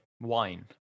wine